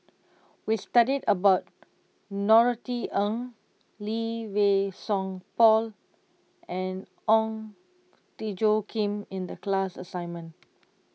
we studied about Norothy Ng Lee Wei Song Paul and Ong Tjoe Kim in the class assignment